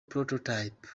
prototypes